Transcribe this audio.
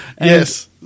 Yes